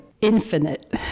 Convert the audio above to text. infinite